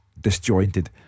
disjointed